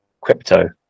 crypto